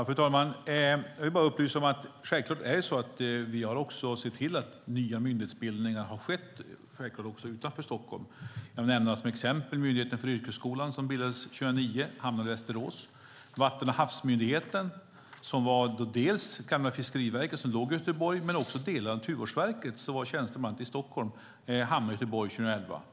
Fru talman! Jag vill upplysa om att vi självfallet har sett till att nya myndighetsbildningar också har skett utanför Stockholm. Som exempel kan jag nämna Myndigheten för yrkeshögskolan som bildades 2009. Den hamnade i Västerås. Vatten och havsmyndigheten bildades av gamla Fiskeriverket, som låg i Göteborg, och delar av Naturvårdsverket, som fanns i Stockholm. Det hamnade i Göteborg 2011.